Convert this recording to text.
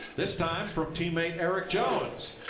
this time, from teammate erik jones.